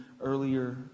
earlier